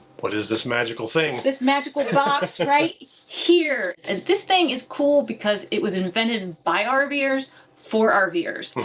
what is this magical thing? this magical ah box right here. and this thing is cool because it was invented and by um rvers for um rvers,